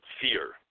fear